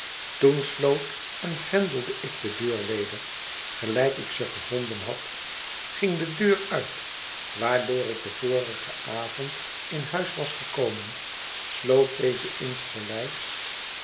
toen sloot en grendelde ik de deur weder gelijk ik ze gevonden had ging de deur uit waardoor ik den vorigen avond in huis was gekomen sloot deze insgelijks